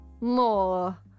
more